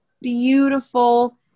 beautiful